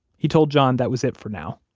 he told john that was it for now.